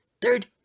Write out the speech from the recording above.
Third